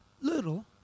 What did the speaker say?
little